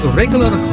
regular